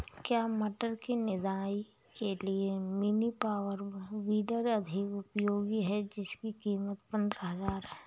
क्या टमाटर की निदाई के लिए मिनी पावर वीडर अधिक उपयोगी है जिसकी कीमत पंद्रह हजार है?